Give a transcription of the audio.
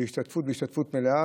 והשתתפות מלאה.